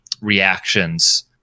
reactions